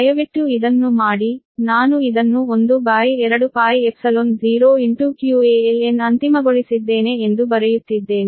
ದಯವಿಟ್ಟು ಇದನ್ನು ಮಾಡಿ ನಾನು ಇದನ್ನು12π0 ಅಂತಿಮಗೊಳಿಸಿದ್ದೇನೆ ಎಂದು ಬರೆಯುತ್ತಿದ್ದೇನೆ